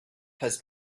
has